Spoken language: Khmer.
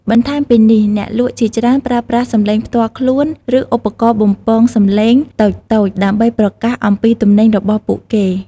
បន្ថែមពីនេះ អ្នកលក់ជាច្រើនប្រើប្រាស់សំឡេងផ្ទាល់ខ្លួន ឬឧបករណ៍បំពងសំឡេងតូចៗ ដើម្បីប្រកាសអំពីទំនិញរបស់ពួកគេ។